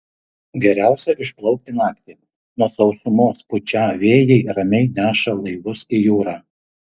geriausia išplaukti naktį nuo sausumos pučią vėjai ramiai neša laivus į jūrą